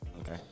Okay